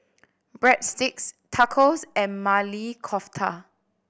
Breadsticks Tacos and Maili Kofta